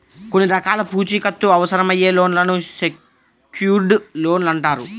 కొన్ని రకాల పూచీకత్తు అవసరమయ్యే లోన్లను సెక్యూర్డ్ లోన్లు అంటారు